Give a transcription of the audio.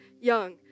young